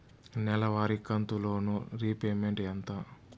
నెలవారి కంతు loan repayment ఎంత?